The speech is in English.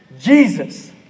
Jesus